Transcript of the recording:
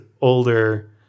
older